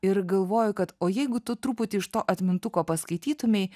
ir galvoju kad o jeigu tu truputį iš to atmintuko paskaitytumei